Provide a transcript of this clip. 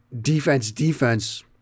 defense-defense